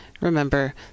remember